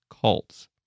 cults